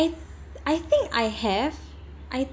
I I think I have I